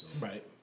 Right